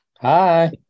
Hi